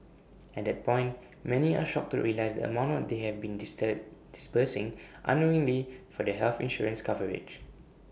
at that point many are shocked to realise the amount they have been disbursing unknowingly for their health insurance coverage